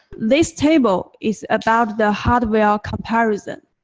this table is about the hardware comparison.